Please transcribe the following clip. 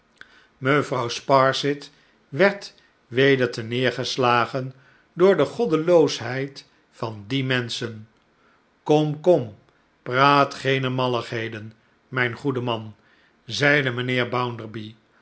mevrouw sparsit werd weder terneergeslagen door de goddeloosheid van die menschen kom kom praat geene malligheden mijn goede man zeide mijnheer